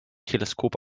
teleskop